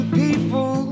people